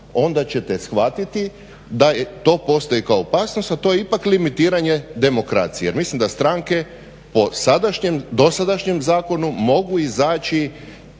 onda ćete shvatiti da to postoji kao opasnost, a to je ipak limitiranje demokracije. Mislim da stranke po sadašnjem, dosadašnjem zakonu mogu izaći